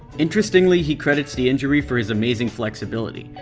interestingly, he credits the injury for his amazing flexibility.